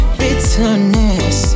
bitterness